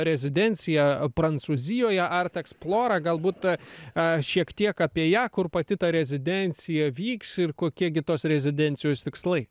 rezidenciją prancūzijoje art eksplora galbūt a šiek tiek apie ją kur pati ta rezidencija vyks ir kokie gi tos rezidencijos tikslai